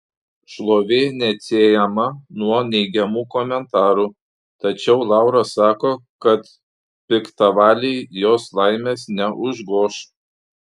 šlovė neatsiejama nuo neigiamų komentarų tačiau laura sako kad piktavaliai jos laimės neužgoš